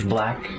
Black